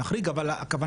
כמו נשק,